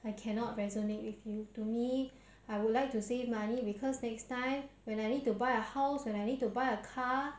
ya but every single small dollar saves up to something if you keep spending a small ten dollar ten dollar ten